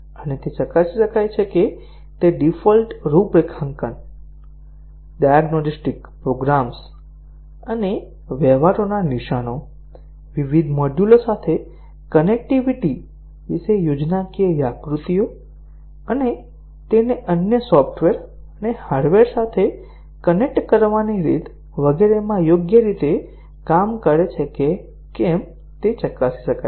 અને તે ચકાસી શકાય છે કે તે ડિફોલ્ટ રૂપરેખાંકન ડાયગ્નોસ્ટિક પ્રોગ્રામ્સ અને વ્યવહારોના નિશાનો વિવિધ મોડ્યુલો સાથે કનેક્ટિવિટી વિશે યોજનાકીય આકૃતિઓ તેને અન્ય સોફ્ટવેર અને હાર્ડવેર સાથે કનેક્ટ કરવાની રીત વગેરેમાં યોગ્ય રીતે કામ કરે છે કે કેમ તે ચકાસી શકાય છે